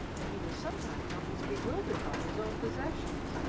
that he was sometimes almost bewildered by his own possessions.